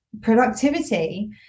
productivity